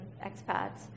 expats